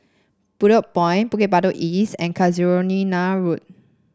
Bedok Point Bukit Batok East and Casuarina Road